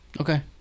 Okay